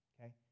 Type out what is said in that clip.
okay